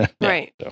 Right